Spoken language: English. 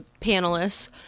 panelists